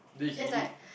is like